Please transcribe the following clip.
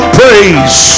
praise